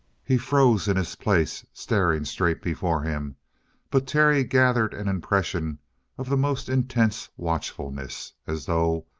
he froze in his place, staring straight before him but terry gathered an impression of the most intense watchfulness as though,